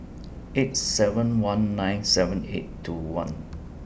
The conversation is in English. eight seven one nine seven eight two nine